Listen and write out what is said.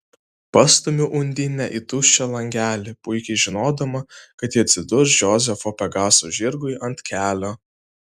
pastumiu undinę į tuščią langelį puikiai žinodama kad ji atsidurs džozefo pegaso žirgui ant kelio